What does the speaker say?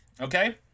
Okay